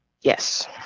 Yes